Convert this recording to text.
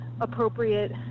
appropriate